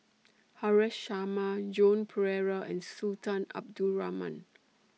Haresh Sharma Joan Pereira and Sultan Abdul Rahman